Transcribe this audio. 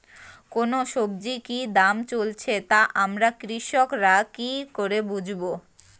কোন সব্জির কি দাম চলছে তা আমরা কৃষক রা কি করে বুঝবো?